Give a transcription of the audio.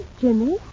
Jimmy